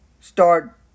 Start